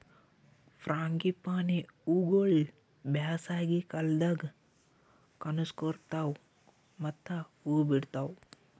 frangipani ಹೂವುಗೊಳ್ ಬ್ಯಾಸಗಿ ಕಾಲದಾಗ್ ಕನುಸ್ಕೋತಾವ್ ಮತ್ತ ಹೂ ಬಿಡ್ತಾವ್